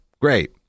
great